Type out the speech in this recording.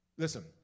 Listen